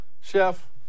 Chef